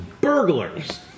burglars